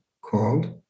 called